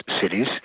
cities